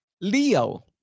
Leo